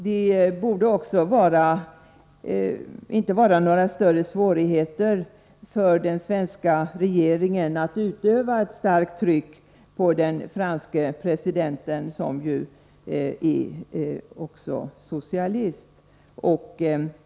Det borde inte vara några större svårigheter för den svenska regeringen att utöva ett starkt tryck på den franske presidenten, som ju också är socialist.